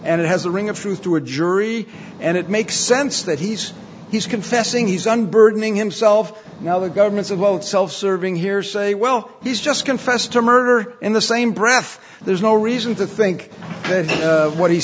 and it has a ring of truth to a jury and it makes sense that he's he's confessing he's unburdening himself now the government's about self serving here say well he's just confessed to murder in the same breath there's no reason to think that what he's